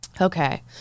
Okay